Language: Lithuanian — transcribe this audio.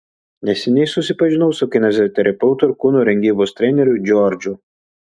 neseniai susipažinau su kineziterapeutu ir kūno rengybos treneriu džordžu